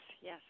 yes